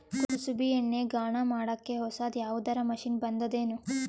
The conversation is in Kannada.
ಕುಸುಬಿ ಎಣ್ಣೆ ಗಾಣಾ ಮಾಡಕ್ಕೆ ಹೊಸಾದ ಯಾವುದರ ಮಷಿನ್ ಬಂದದೆನು?